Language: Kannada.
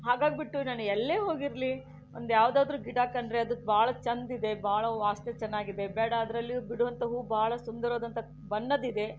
ಹಾಗಾಗ್ಬಿಟ್ಟು ನಾನು ಎಲ್ಲೇ ಹೋಗಿರಲಿ ಒಂದು ಯಾವುದಾದರೂ ಗಿಡ ಕಂಡರೆ ಅದು ಬಹಳ ಚೆಂದ ಇದೆ ಬಹಳ ವಾಸನೆ ಚೆನ್ನಾಗಿದೆ ಬೇಡ ಅದರಲ್ಲಿಯೂ ಬಿಡುವಂಥ ಹೂವು ಬಹಳ ಸುಂದರವಾದಂತಹ ಬಣ್ಣದ್ದಿದೆ